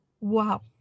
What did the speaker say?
wow